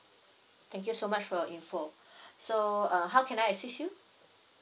thank you so much for your info so uh how can I assist you